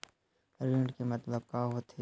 ऋण के मतलब का होथे?